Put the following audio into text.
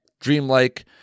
dreamlike